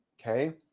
Okay